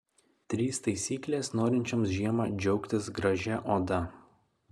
trys taisyklės norinčioms žiemą džiaugtis gražia oda